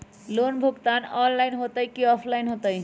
Loan भुगतान online होतई कि ऑफलाइन होतई?